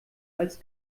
als